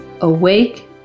awake